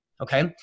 Okay